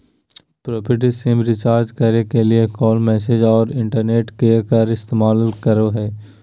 prepaid sim recharge करे के लिए कॉल, मैसेज औरो इंटरनेट का इस्तेमाल करो हइ